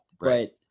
right